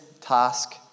task